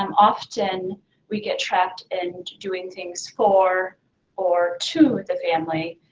um often we get trapped in doing things for or to the family,